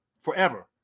forever